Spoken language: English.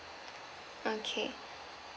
okay